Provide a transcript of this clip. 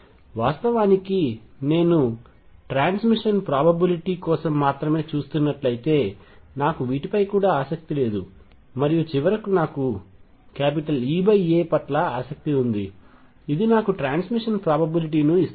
వాస్తవానికి నేను transmission probability కోసం మాత్రమే చూస్తున్నట్లయితే నాకు వీటిపై కూడా ఆసక్తి లేదు మరియు చివరకు నాకు EA పట్ల ఆసక్తి ఉంది ఇది నాకు ట్రాన్స్మిషన్ ప్రాబబిలిటీ ను ఇస్తుంది